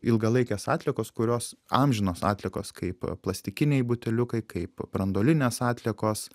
ilgalaikės atliekos kurios amžinos atliekos kaip plastikiniai buteliukai kaip branduolinės atliekos